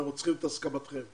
אנחנו צריכים את הסכמתכם.